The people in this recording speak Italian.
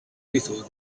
ritorno